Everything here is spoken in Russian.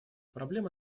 проблемы